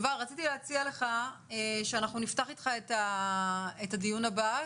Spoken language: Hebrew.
רציתי להציע לך שאנחנו נפתח איתך את הדיון הבא,